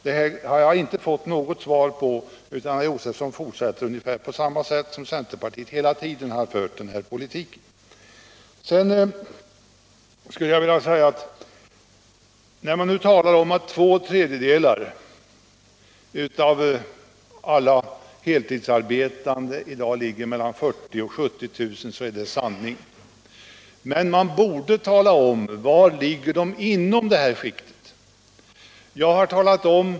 Jag har inte fått något svar, utan herr Josefson fortsätter som centerpartiet hela tiden gjort. Man talar om att två tredjedelar av alla heltidsarbetande i dag har en årsinkomst på mellan 40 000 och 70 000 kr. Det är sanning. Men man borde tala om var inom detta skikt de flesta ligger.